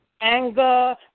anger